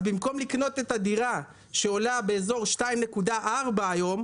אז במקום לקנות את הדירה שעולה באזור 2.4 היום,